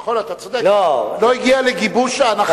נכון, אתה צודק, לא הגיע לגיבוש להנחתו.